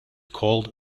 called